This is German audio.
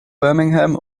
birmingham